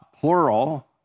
plural